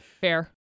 Fair